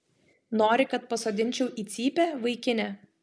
nori kad pasodinčiau į cypę vaikine